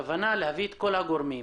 הכוונה להביא את כל הגורמים,